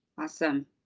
Awesome